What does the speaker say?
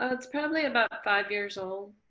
ah it's probably about five years old.